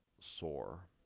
sore